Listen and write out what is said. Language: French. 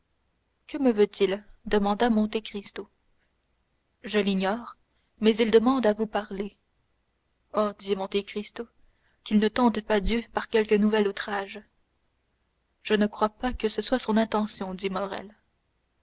que me veut-il demanda monte cristo je l'ignore mais il demande à vous parler oh dit monte cristo qu'il ne tente pas dieu par quelque nouvel outrage je ne crois pas que ce soit son intention dit morrel